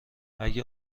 اگه